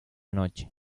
noche